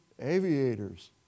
aviators